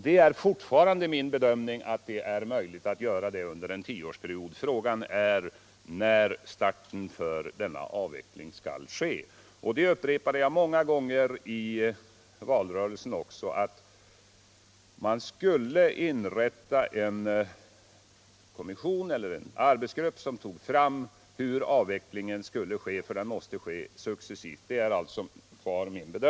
Det är fortfarande min bedömning att det är möjligt att göra det under en tioårsperiod. Fråga är när starten för denna avveckling skall ske. Jag upprepade också många gånger under valrörelsen att man skulle inrätta en kommission eller en arbetsgrupp som skulle utreda hur avvecklingen skulle ske, eftersom den måste genomföras successivt.